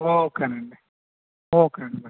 ఓకేనండి ఓకేనండి బాయ్